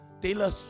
Taylor